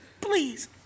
Please